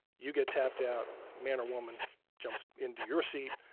you get tapped out, man or woman jumps into your seat,